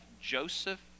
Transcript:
Joseph